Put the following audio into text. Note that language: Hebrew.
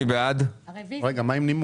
זו רביזיה שלי וינון